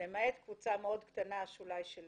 למעט אולי קבוצה מאוד קטנה אולי של